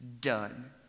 done